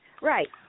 Right